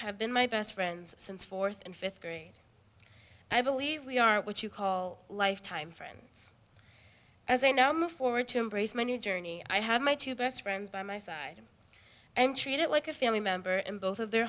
have been my best friends since fourth and fifth grade i believe we are what you call lifetime friends as a no move forward to embrace many journey i had my two best friends by my side and treat it like a family member in both of their